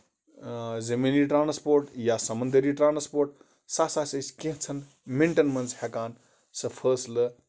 آ زٔمیٖنی ٹرانَسپورٹ یا سَمندٔری ٹرانَسپورٹ سُہ ہسا أسۍ کیٚنٛژھن مِنٹَن منٛز ہٮ۪کان سُہ فٲصلہٕ